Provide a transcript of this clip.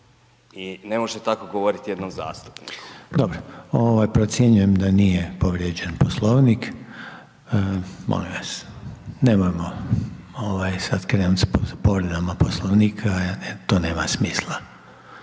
i ne može tako govoriti jednom zastupniku. **Reiner, Željko (HDZ)** Dobro, procjenjujem da nije povrijeđen Poslovnik, molim vas nemojmo sad krenuti s povredama Poslovnika jer to nema smisla.